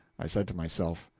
i said to myself,